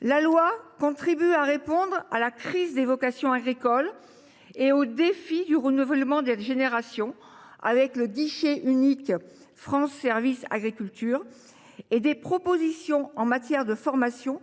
Le présent texte contribue à répondre à la crise des vocations agricoles et au défi du renouvellement des générations. Il crée le guichet unique France Services agriculture et apporte des propositions en matière de formation,